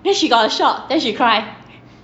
then she got a shock then she cry